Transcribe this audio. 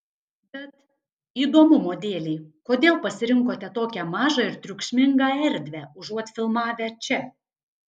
bet įdomumo dėlei kodėl pasirinkote tokią mažą ir triukšmingą erdvę užuot filmavę čia